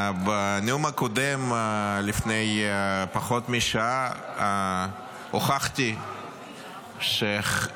בנאום הקודם לפני פחות משעה הוכחתי שאת